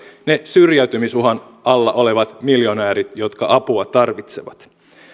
ne syrjäytymisuhan alla olevat miljonäärit jotka apua tarvitsevat